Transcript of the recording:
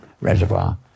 reservoir